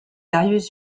darius